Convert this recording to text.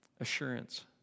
assurance